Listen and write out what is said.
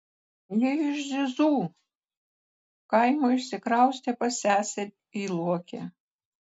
ji iš zizų kaimo išsikraustė pas seserį į luokę